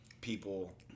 people